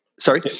sorry